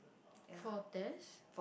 for test